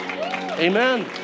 Amen